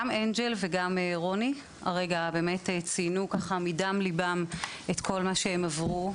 גם אנג'ל וגם רוני ציינו מדם ליבם את כל מה שהם עברו,